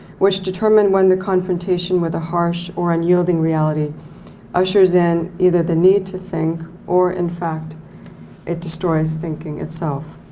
which determined when the confrontation with a harsh or unyielding reality ushers in either the need to think or in fact it destroys thinking itself.